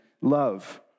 love